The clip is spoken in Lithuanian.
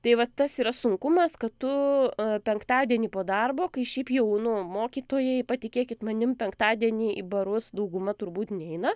tai vat tas yra sunkumas kad tu penktadienį po darbo kai šiaip jau nu mokytojai patikėkit manim penktadienį į barus dauguma turbūt neina